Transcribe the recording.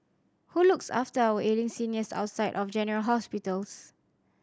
who looks after our ailing seniors outside of general hospitals